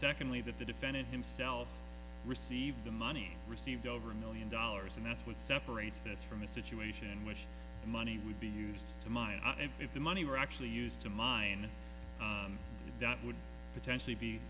secondly that the defendant himself received the money received over a million dollars and that's what separates this from a situation in which the money would be used to mine if the money were actually used to mine done would potentially be